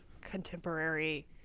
contemporary